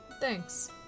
Thanks